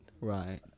Right